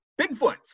Bigfoots